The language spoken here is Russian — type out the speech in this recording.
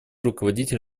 руководите